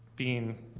being